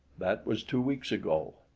that was two weeks ago.